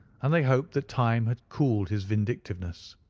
and they hoped that time had cooled his vindictiveness.